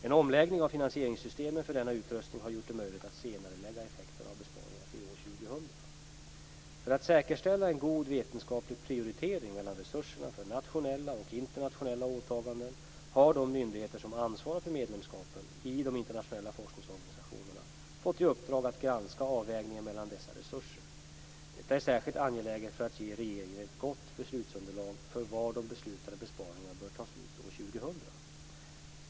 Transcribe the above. En omläggning av finansieringssystemet för denna utrustning har gjort det möjligt att senarelägga effekterna av besparingarna till år För att säkerställa en god vetenskaplig prioritering mellan resurserna för nationella och internationella åtaganden har de myndigheter som ansvarar för medlemskapen i de internationella forskningsorganisationerna fått i uppdrag att granska avvägningen mellan dessa resurser. Detta är särskilt angeläget för att ge regeringen ett gott beslutsunderlag för var de beslutade besparingarna bör tas ut år 2000.